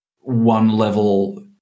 one-level